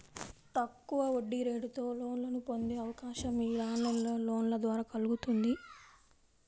తక్కువ వడ్డీరేటుతో లోన్లను పొందే అవకాశం యీ ఆన్లైన్ లోన్ల ద్వారా కల్గుతుంది